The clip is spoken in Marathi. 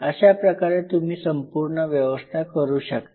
अशा प्रकारे तुम्ही संपूर्ण व्यवस्था करू शकता